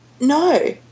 no